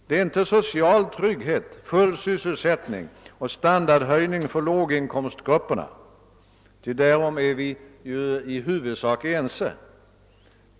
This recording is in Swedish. Det är inte social trygghet, full sysselsättning och standardhöjning för låginkomstgrupperna — därom är vi i huvudsak eniga.